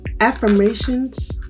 Affirmations